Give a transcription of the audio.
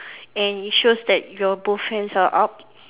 and it shows that your both hands are up